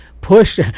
push